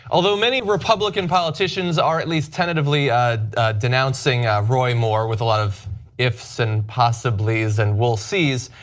although many republican politicians are at least tentatively denouncing roy moore with a lot of ifs and possiblies and we'll sees,